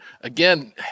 again